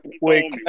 wait